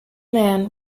man